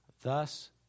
Thus